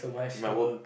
it might work